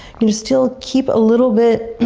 gonna still keep a little bit